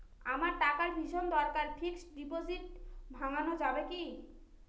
আমার টাকার ভীষণ দরকার ফিক্সট ডিপোজিট ভাঙ্গানো যাবে কি?